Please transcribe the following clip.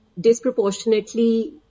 disproportionately